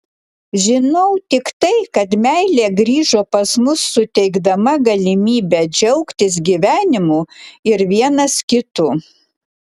žinau tik tai kad meilė grįžo pas mus suteikdama galimybę džiaugtis gyvenimu ir vienas kitu